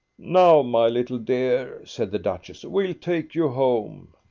now, my little dear, said the duchess, we'll take you home.